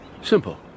Simple